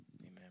Amen